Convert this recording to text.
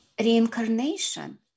reincarnation